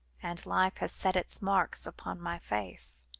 and life has set its marks upon my face.